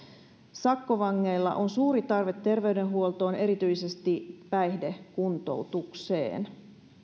sakkovangeilla on suuri tarve terveydenhuoltoon erityisesti päihdekuntoutukseen